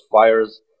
fires